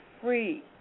free